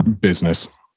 business